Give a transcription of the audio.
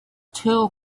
two